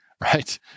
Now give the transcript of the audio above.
right